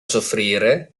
soffrire